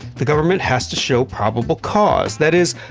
the government has to show probable cause that is,